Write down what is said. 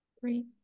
Great